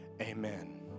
amen